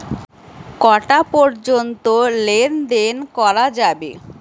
কটা পর্যন্ত লেন দেন করা যাবে?